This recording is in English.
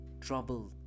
trouble